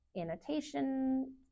annotation